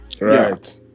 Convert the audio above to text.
Right